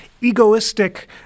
egoistic